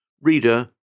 Reader